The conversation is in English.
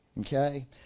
okay